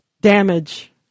damage